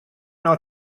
ought